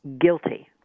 guilty